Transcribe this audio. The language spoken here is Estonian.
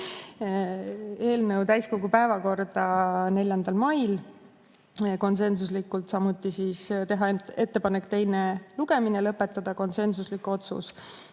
eelnõu täiskogu päevakorda 4. mail (konsensuslikult), samuti teha ettepanek teine lugemine lõpetada (ka konsensuslik otsus)